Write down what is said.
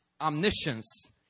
omniscience